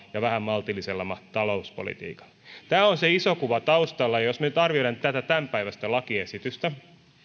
ja vähän maltillisemmalla talouspolitiikalla tämä on se iso kuva taustalla jos nyt arvioidaan tätä tämänpäiväistä lakiesitystä